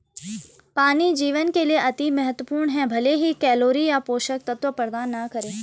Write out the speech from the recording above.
पानी जीवन के लिए अति महत्वपूर्ण है भले ही कैलोरी या पोषक तत्व प्रदान न करे